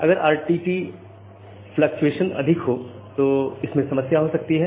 अगर RTT fluctuation अधिक हो तो समस्या हो सकती है